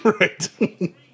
Right